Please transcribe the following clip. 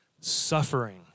suffering